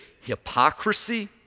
Hypocrisy